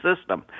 system